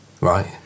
Right